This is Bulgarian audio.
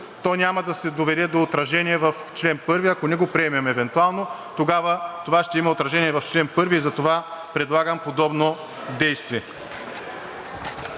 то няма да доведе до отражение в чл. 1, ако не го приемем евентуално, тогава това ще има отражение в чл. 1 и затова предлагам подобно действие.